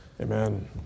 Amen